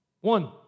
One